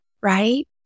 right